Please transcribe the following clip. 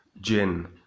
gin